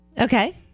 Okay